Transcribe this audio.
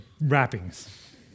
wrappings